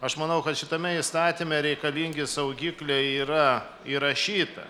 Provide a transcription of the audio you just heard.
aš manau kad šitame įstatyme reikalingi saugikliai yra įrašyta